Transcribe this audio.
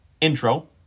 intro